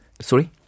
Sorry